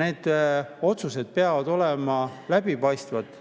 need otsused peavad olema läbipaistvad,